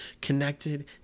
connected